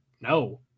no